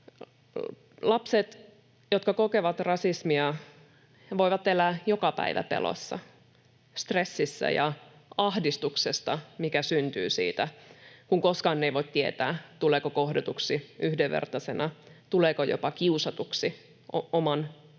Lapset, jotka kokevat rasismia, voivat elää joka päivä pelossa, stressissä ja ahdistuksessa, mikä syntyy siitä, kun koskaan ei voi tietää, tuleeko kohdatuksi yhdenvertaisena, tuleeko jopa kiusatuksi esimerkiksi